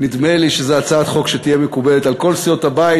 נדמה לי שזו הצעת חוק שתהיה מקובלת על כל סיעות הבית.